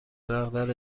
مقدار